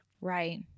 Right